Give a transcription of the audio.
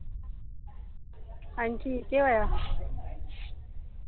हांजी केह् होआ